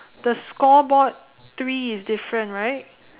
the scoreboard three is different right